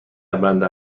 بندر